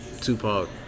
Tupac